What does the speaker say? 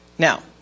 Now